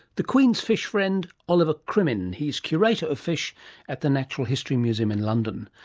the queen's fish friend, oliver crimmen. he's curator of fish at the natural history museum in london.